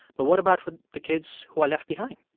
but what about for the kids who are left behind?